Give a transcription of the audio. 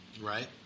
Right